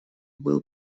был